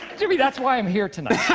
jimmy, that's why i'm here tonight.